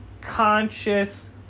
conscious